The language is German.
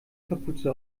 kapuze